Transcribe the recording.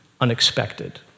unexpected